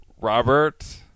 Robert